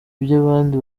iby’abandi